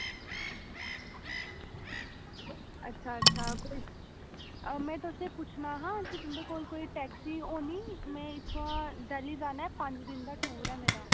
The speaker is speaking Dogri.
अच्छा अच्छा कोई में तुसेंगी पुच्छना हा कि तुंदे कोल कोई टैक्सी होनी में इत्थुआं दिल्ली जाना ऐ पंज दिन दा टूर ऐ मेरा